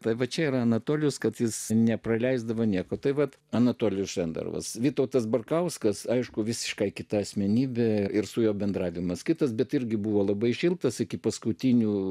tai va čia yra anatolijus kad jis nepraleisdavo nieko tai vat anatolijus šenderovas vytautas barkauskas aišku visiškai kita asmenybė ir su juo bendravimas kitas bet irgi buvo labai šiltas iki paskutinių